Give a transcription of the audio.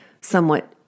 somewhat